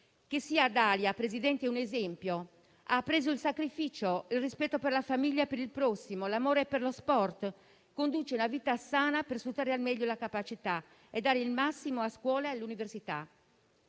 Che sia Dalia, Presidente, un esempio: ha appreso il sacrificio, il rispetto per la famiglia e per il prossimo, l'amore per lo sport, conduce una vita sana per sfruttare al meglio la capacità e dare il massimo a scuola e all'università.